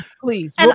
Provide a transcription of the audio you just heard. Please